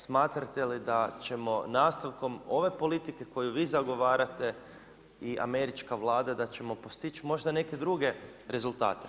Smatrate li da ćemo nastavkom ove politike koju vi zagovarate i Američka vlada, da ćemo postići možda neke druge rezultate?